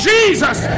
Jesus